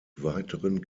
weiteren